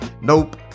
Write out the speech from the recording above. Nope